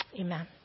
Amen